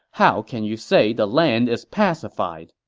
how can you say the land is pacified?